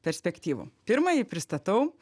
perspektyvų pirmąjį pristatau